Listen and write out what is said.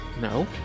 No